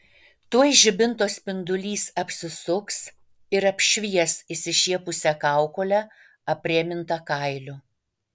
tuoj žibinto spindulys apsisuks ir apšvies išsišiepusią kaukolę aprėmintą kailiu